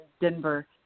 Denver